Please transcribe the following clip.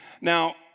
Now